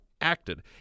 acted